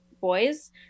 boys